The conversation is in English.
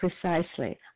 Precisely